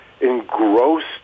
engrossed